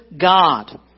God